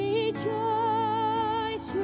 Rejoice